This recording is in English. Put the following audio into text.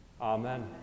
Amen